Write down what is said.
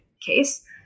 case